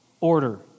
order